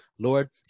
Lord